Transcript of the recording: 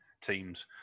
teams